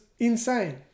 Insane